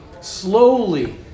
slowly